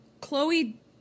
Chloe